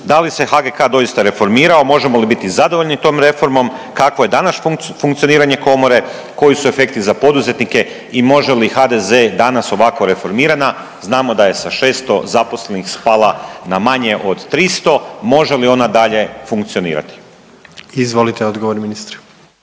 da li se HGK doista reformirao, možemo li biti zadovoljni tom reformom, kakvo je danas funkcioniranje komore, koji su efekti za poduzetnike i može li HDZ danas ovako reformirana, znamo da je sa 600 zaposlenih spala na manje od 300, može li ona dalje funkcionirati? **Jandroković, Gordan